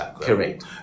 correct